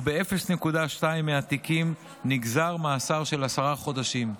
וב-0.2% מהתיקים נגזר מאסר של עשרה חודשים.